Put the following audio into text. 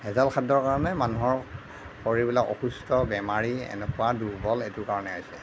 ভেজাল খাদ্যৰ কাৰণে মানুহৰ শৰীৰবিলাক অসুস্থ বেমাৰী এনেকুৱা দুৰ্বল এইটো কাৰণে হৈছে